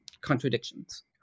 contradictions